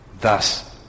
Thus